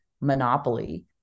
monopoly